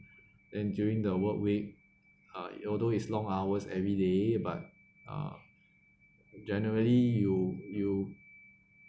and during the work week uh it although is long hours every day but uh generally you you